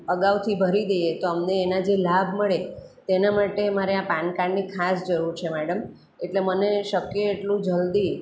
અગાઉથી ભરી દઈએ તો અમને એના જે લાભ મળે તેના માટે મારે આ પાન કાર્ડની ખાસ જરૂર છે મેડમ એટલે મને શક્ય એટલું જલ્દી